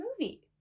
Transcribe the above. movie